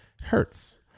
Hurts